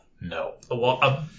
No